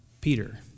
Peter